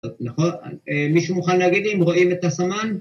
נכון? מישהו מוכן להגיד אם רואים את הסמן?